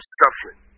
suffering